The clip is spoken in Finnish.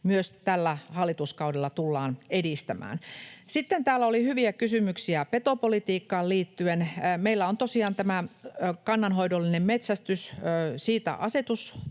myös tällä hallituskaudella tullaan edistämään. Sitten täällä oli hyviä kysymyksiä petopolitiikkaan liittyen. Meillä on tosiaan tämä kannanhoidollinen metsästys. Siitä on